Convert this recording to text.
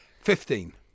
Fifteen